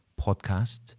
podcast